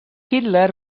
hitler